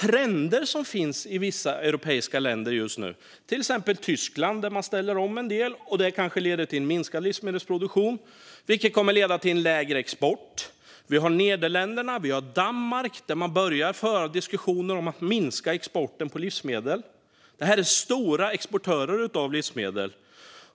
Trender som finns i vissa europeiska länder just nu - till exempel i Tyskland, där man ställer om en del - kommer kanske att leda till en minskad livsmedelsproduktion, vilket kommer att leda till en mindre export. I Nederländerna och i Danmark börjar man föra diskussioner om att minska exporten av livsmedel. Detta är stora exportörer av livsmedel.